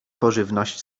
pożywność